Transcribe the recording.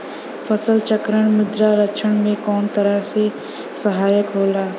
फसल चक्रण मृदा संरक्षण में कउना तरह से सहायक होला?